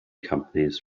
companies